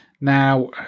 Now